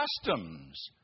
customs